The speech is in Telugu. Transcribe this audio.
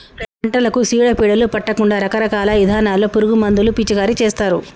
పంటలకు సీడ పీడలు పట్టకుండా రకరకాల ఇథానాల్లో పురుగు మందులు పిచికారీ చేస్తారు